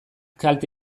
kalte